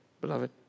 beloved